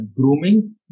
Grooming